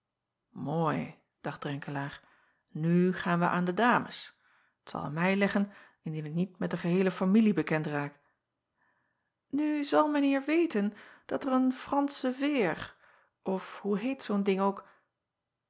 ooi dacht renkelaer nu gaan wij aan de dames t zal aan mij leggen indien ik niet met de geheele familie bekend raak u zal mijn eer weten dat er een fransche veêr of hoe heet zoo n ding ook